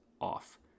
off